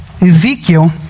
Ezekiel